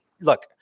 look